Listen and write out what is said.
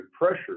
pressure